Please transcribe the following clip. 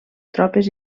tropes